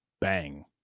Bang